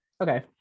okay